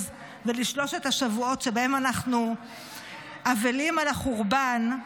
ולשלושת השבועות שבהם אנחנו אבלים על החורבן: